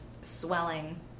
swelling